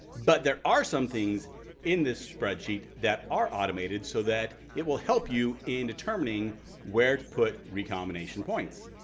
but there are some things in this spreadsheet that are automated. so that it will help you in determining where to put recombination points.